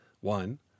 One